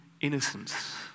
innocence